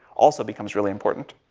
also becomes really important.